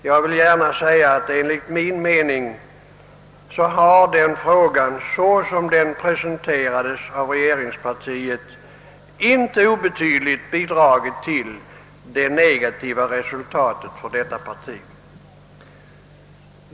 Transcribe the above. Jag vill gärna säga att den frågan enligt min mening såsom den presenterades av regeringspartiet inte obetydligt bi dragit till det negativa resultatet för detta parti.